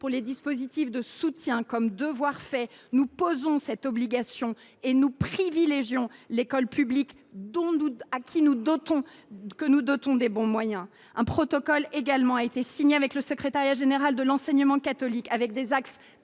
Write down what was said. Pour les dispositifs de soutien comme « Devoirs faits », nous posons cette obligation et nous privilégions l’école publique, que nous dotons des moyens adéquats. Un protocole a par ailleurs été signé avec le secrétariat général de l’enseignement catholique, lequel